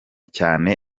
cyane